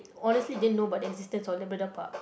honestly didn't know about the existence of Labrador Park